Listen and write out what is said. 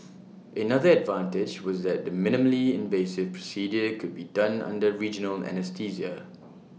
another advantage was that the minimally invasive procedure could be done under regional anaesthesia